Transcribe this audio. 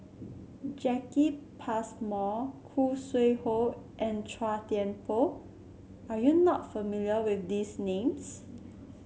Jacki Passmore Khoo Sui Hoe and Chua Thian Poh are you not familiar with these names